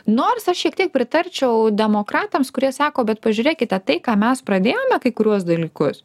nors aš šiek tiek pritarčiau demokratams kurie sako bet pažiūrėkite tai ką mes pradėjome kai kuriuos dalykus